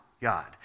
God